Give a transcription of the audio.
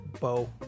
Bo